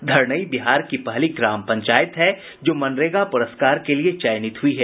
धरनई बिहार की पहली ग्राम पंचायत है जो मनरेगा पुरस्कार के लिए चयनित हुई है